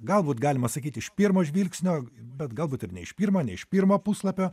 galbūt galima sakyt iš pirmo žvilgsnio bet galbūt ir ne iš pirmo ne iš pirmo puslapio